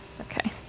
Okay